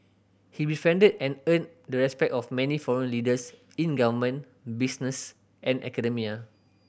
he befriended and earned the respect of many foreign leaders in government business and academia